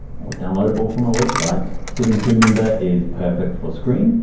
or downloadable from a website. seventy two, remember, is perfect for screen,